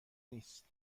نیست